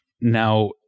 now